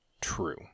true